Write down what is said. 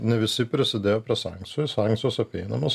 ne visi prisidėjo prie sankcijų sankcijos apeinamos